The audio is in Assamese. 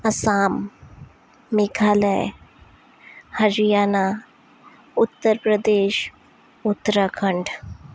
আসাম মেঘালয় হৰিয়ানা উত্তৰ প্ৰদেশ উত্তৰাখণ্ড